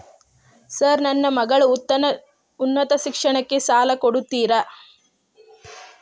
Sir ನನ್ನ ಮಗಳ ಉನ್ನತ ಶಿಕ್ಷಣಕ್ಕೆ ಸಾಲ ಕೊಡುತ್ತೇರಾ?